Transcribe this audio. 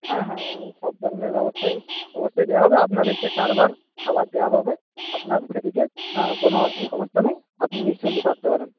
হ্যাঁ হ্যাঁ সব ধরনের ব্যবস্থাই অবশ্যই দেওয়া হবে আপনাদেরকে চারবার খাবার দেওয়া হবে আপনার সেদিকে কোনো সমস্যা নেই আপনি নিশ্চিন্ত থাকতে পারেন